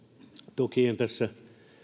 toki en tässä